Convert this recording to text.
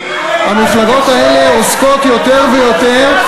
המפלגות האלה עוסקות יותר ויותר,